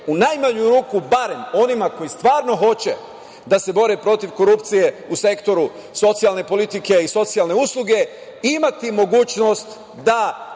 u najmanju ruku, barem, onima koji stvarno hoće da se bore protiv korupcije u sektoru socijalne politike i socijalne usluge imati mogućnost da